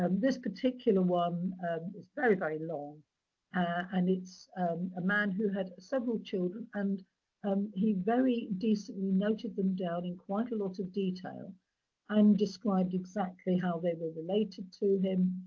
um this particular one is very, very long and it's a man who had several children. and um he very decently noted them down in quite a lot of detail and described exactly how they were related to him,